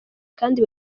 kandi